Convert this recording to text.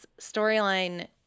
storyline